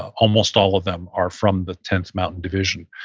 almost all of them are from the tenth mountain division.